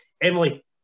Emily